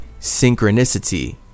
synchronicity